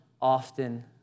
often